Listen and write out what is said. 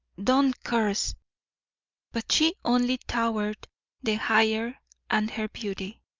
don't curse but she only towered the higher and her beauty,